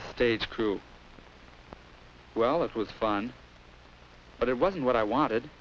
the stage crew well it was fun but it wasn't what i wanted